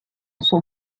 son